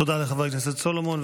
תודה לחבר הכנסת סולומון.